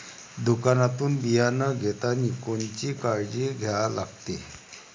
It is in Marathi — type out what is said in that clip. दुकानातून बियानं घेतानी कोनची काळजी घ्या लागते?